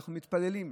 ואנחנו מתפללים.